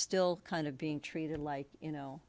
still kind of being treated like you know